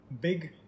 big